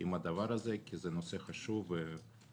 עם הדבר הזה כי זה נושא חשוב ומהותי,